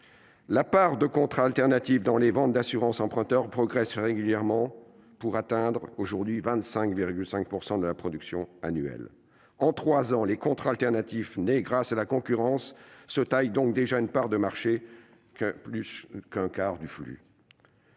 la part de contrats alternatifs dans les ventes d'assurance emprunteur progresse régulièrement pour atteindre 25,5 % de la production annuelle ». En trois ans, les contrats alternatifs nés grâce à la concurrence se taillent donc déjà une part de marché de plus d'un quart du flux.